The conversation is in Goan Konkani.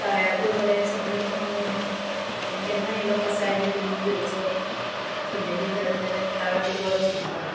ताळ्याकूय बरें सगळें कमां बरें आनी केन्ना इल्लो कसाय बी करून घेवचो थंडी बी जालें जाल्यार ताळो बी बरो सुट्टा